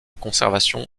conservation